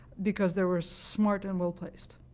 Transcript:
because they were smart and well-placed.